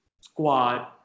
squad